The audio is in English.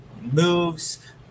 moves